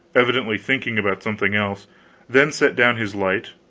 evidently thinking about something else then set down his light,